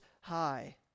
high